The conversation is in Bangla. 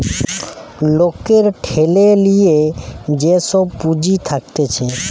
লোকের ঠেলে লিয়ে যে সব পুঁজি থাকতিছে